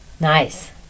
Nice